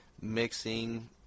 mixing